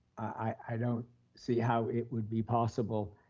i don't see how it would be possible,